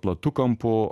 platu kampu